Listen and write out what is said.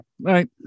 Right